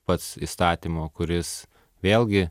pats įstatymo kuris vėlgi